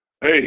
hey